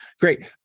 Great